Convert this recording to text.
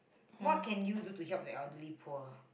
what can you do to help the elderly poor